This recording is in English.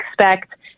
expect